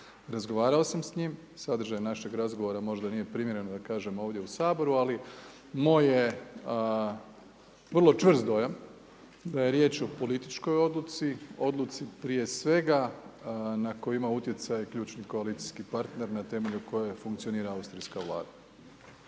Razgovarao sam s njim, sadržaj našeg razgovora možda nije primjereno da kažem ovdje u Saboru ali moj je vrlo čvrst dojam da je riječ o političkoj odluci, odluci prije svega na koju ima utjecaj ključni koalicijskih partner na temelju koje funkcionira austrijska Vlada.